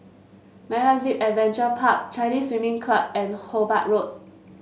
MegaZip Adventure Park Chinese Swimming Club and Hobart Road